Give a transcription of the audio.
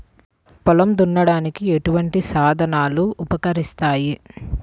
పొలం దున్నడానికి ఎటువంటి సాధనలు ఉపకరిస్తాయి?